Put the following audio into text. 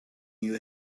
you